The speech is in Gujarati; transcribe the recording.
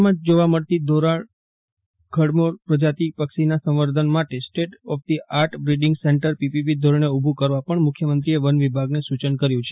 રાજ્યમાં જોવા મળતી ધોરાડ ખડમોર પ્રજાતિ પક્ષીના સંવર્ધન માટે state of the art breeding centre PPP ધોરણે ઉભુ કરવા પણ મુખ્યમંત્રીએ વન વિભાગને સૂચન કર્યું છે